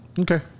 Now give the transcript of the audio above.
Okay